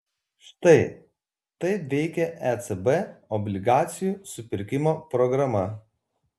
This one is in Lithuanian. štai taip veikia ecb obligacijų supirkimo programa